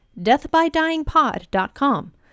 deathbydyingpod.com